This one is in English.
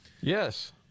Yes